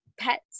pets